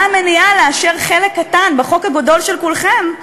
מה המניעה לאשר חלק קטן בחוק הגדול של כולכם?